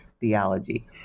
theology